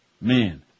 Man